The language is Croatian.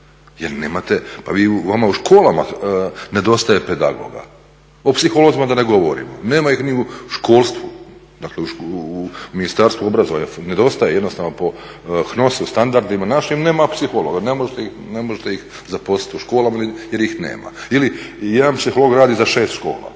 jer nemate, pa vama u školama nedostaje pedagoga, o psiholozima da ne govorimo, nema ih ni u školstvu, dakle u Ministarstvu obrazovanja nedostaje jednostavno po HNOS-u standardima našim, nema psihologa, ne možete ih zaposliti u školama jer ih nema. Ili jedan psiholog radi za šest škola,